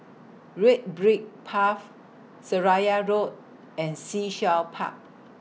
Red Brick Path Seraya Road and Sea Shell Park